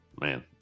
Man